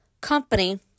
Company